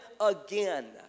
again